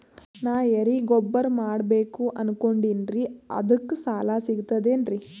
ನಾ ಎರಿಗೊಬ್ಬರ ಮಾಡಬೇಕು ಅನಕೊಂಡಿನ್ರಿ ಅದಕ ಸಾಲಾ ಸಿಗ್ತದೇನ್ರಿ?